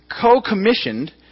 co-commissioned